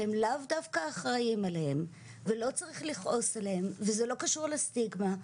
שהם לאו דווקא אחראים אליהם ולא צריך לכעוס עליהם וזה לא קשור לסטיגמה,